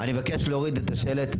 כדי שחגבים מזמן המקרא ימשיכו לחיות פה.